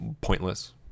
pointless